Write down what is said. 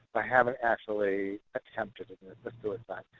ah haven't actually attempted suicide.